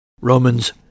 Romans